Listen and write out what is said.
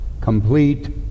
complete